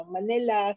Manila